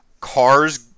cars